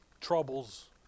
troubles